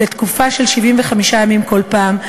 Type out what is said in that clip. לתקופה של 75 ימים כל פעם,